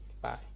Bye